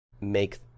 make